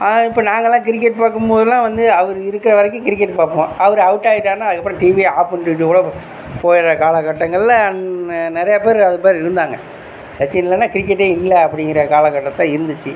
இப்போ நாங்களாம் கிரிக்கெட் பார்க்கும் போதுல்லாம் வந்து அவரு இருக்கற வரைக்கும் கிரிக்கெட் பார்ப்போம் அவரு அவுட்டாயிட்டாருன்னால் அதுக்கப்புறம் டிவியை ஆஃப் பண்ணிவிட்டு கூட போகிடுற காலகட்டங்களில் நிறையா பேர் அதை மாதிரி இருந்தாங்க சச்சின் இல்லைனா கிரிக்கெட்டே இல்லை அப்படிங்கிற காலகட்டத்தில் இருந்துச்சு